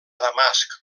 damasc